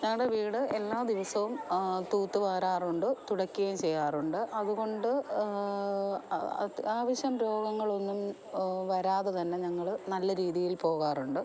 ഞങ്ങളുടെ വീട് എല്ലാ ദിവസവും തൂത്തു വാരാറുണ്ട് തുടയ്ക്കുകയും ചെയ്യാറുണ്ട് അതുകൊണ്ട് ആവശ്യം രോഗങ്ങളൊന്നും വരാതെ തന്നെ ഞങ്ങൾ നല്ല രീതിയിൽ പോകാറുണ്ട്